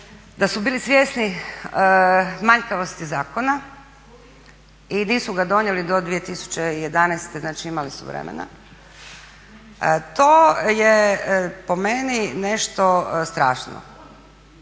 da su bili svjesni manjkavosti zakona i nisu ga donijeli do 2011.znači imali su vremena, to je po meni nešto strašno,